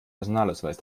personalausweis